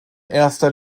erster